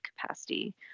capacity